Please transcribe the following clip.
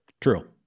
True